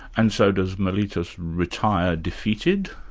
and so does meletus retire defeated?